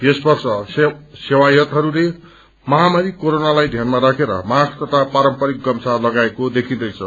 यस वर्ष सेवायतहस्ले महामारी कोरोनालाई ध्यानमा राखेर मास्क तथा पारम्पारिक गम्छा लगाएको देखिन्दैछ